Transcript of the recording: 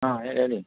ಹಾಂ ಹೇಳಿ ಹೇಳಿ